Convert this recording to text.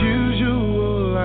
usual